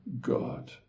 God